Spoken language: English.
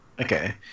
Okay